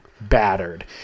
battered